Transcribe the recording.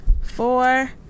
four